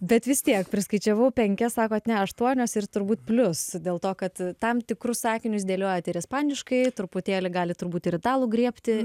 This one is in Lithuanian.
bet vis tiek priskaičiavau penkias sakot ne aštuonios ir turbūt plius dėl to kad tam tikrus sakinius dėliojat ir ispaniškai truputėlį galit turbūt ir italų griebti